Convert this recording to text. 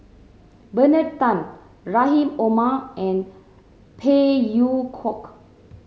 Bernard Tan Rahim Omar and Phey Yew Kok